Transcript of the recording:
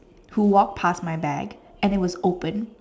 who walked past my back and it was open